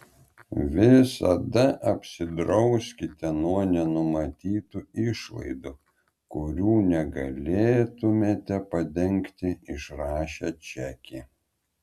visada apsidrauskite nuo nenumatytų išlaidų kurių negalėtumėte padengti išrašę čekį